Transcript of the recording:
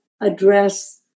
address